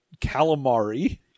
Calamari